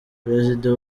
perezida